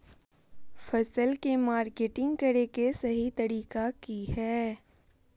फसल के मार्केटिंग करें कि सही तरीका की हय?